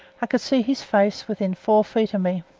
i could see his face within four feet of me.